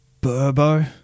Burbo